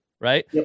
right